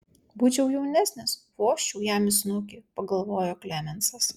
būčiau jaunesnis vožčiau jam į snukį pagalvojo klemensas